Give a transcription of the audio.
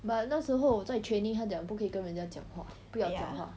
but 那时候在 training 他讲不可以跟人家讲话不要讲话